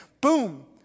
boom